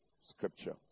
scripture